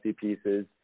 pieces